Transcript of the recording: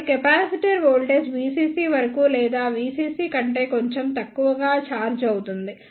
కాబట్టి capacitor voltage VCC వరకు లేదా VCC కంటే కొంచెం తక్కువగా ఛార్జ్ అవుతుంది